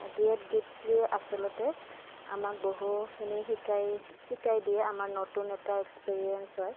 ডুৱেট গীতটোৱে আচলতে আমাক বহুখিনি শিকাই শিকাই দিয়ে আমাৰ নতুন এটা এক্সপেৰিয়েঞ্চ হয়